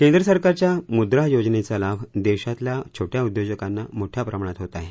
केंद्र सरकारच्या मुद्रा योजनेचा लाभ देशातल्या छोटया उद्योजकांना मोठया प्रमाणात होत आहे